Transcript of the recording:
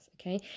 okay